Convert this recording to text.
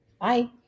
Bye